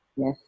Yes